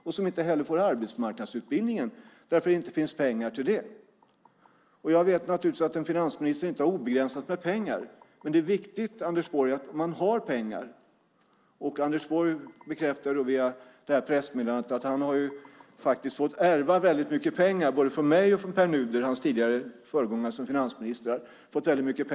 De får inte någon arbetsmarknadsutbildning eftersom det inte finns pengar till det. Jag vet naturligtvis att en finansminister inte har obegränsat med pengar. Anders Borg bekräftar med pressmeddelandet att han har fått ärva mycket pengar av både mig och Pär Nuder, hans föregångare som finansminister.